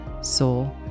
soul